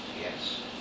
Yes